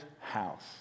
house